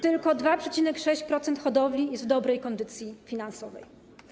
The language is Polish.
Tylko 2,6% hodowli jest w dobrej kondycji finansowej.